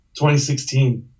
2016